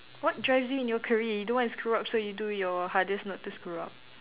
what drives you in your career you don't want to screw up so you do your hardest not to screw up